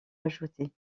ajoutés